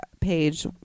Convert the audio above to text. page